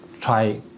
try